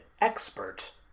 expert